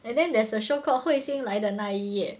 and then there's a show called 彗星来的那一夜